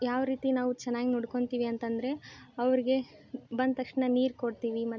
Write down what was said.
ಯಾವ ರೀತಿ ನಾವು ಚೆನ್ನಾಗಿ ನೋಡ್ಕೊಳ್ತೀವಿ ಅಂತ ಅಂದ್ರೆ ಅವ್ರಿಗೆ ಬಂದ ತಕ್ಷಣ ನೀರು ಕೊಡ್ತೀವಿ ಮತ್ತು